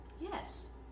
Yes